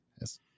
Yes